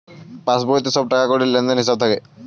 পাসবইতে সব টাকাকড়ির লেনদেনের হিসাব থাকে